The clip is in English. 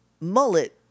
mullet